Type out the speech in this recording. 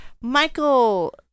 Michael